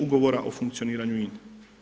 Ugovora o funkcioniranju INE.